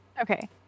Okay